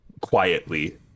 quietly